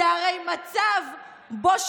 "שהרי מצב שבו,